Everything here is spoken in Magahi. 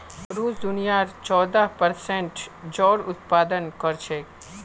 रूस दुनियार चौदह प्परसेंट जौर उत्पादन कर छेक